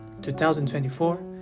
2024